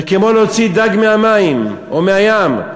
זה כמו להוציא דג מהמים או מהים,